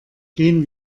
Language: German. gehen